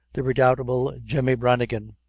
the redoubtable jemmy branigan.